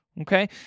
Okay